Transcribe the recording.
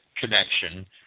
connection